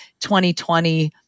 2020